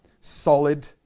solid